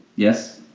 yes,